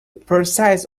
precise